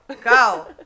Go